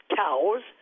cows